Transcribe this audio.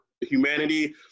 humanity